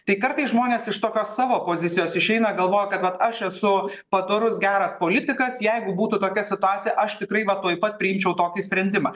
tai kartais žmonės iš tokios savo pozicijos išeina galvoja kad vat aš esu padorus geras politikas jeigu būtų tokia situacija aš tikrai va tuoj pat priimčiau tokį sprendimą